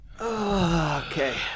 okay